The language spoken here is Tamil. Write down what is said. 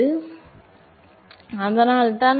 எனவே அதனால் தான்